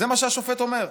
זה מה שהשופט אומר.